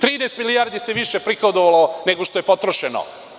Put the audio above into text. Trinaest milijardi se više prihodovalo nego što je potrošeno.